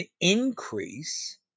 increase